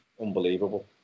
unbelievable